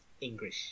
English